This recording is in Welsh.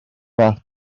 fath